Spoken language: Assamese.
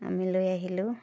আমি লৈ আহিলোঁ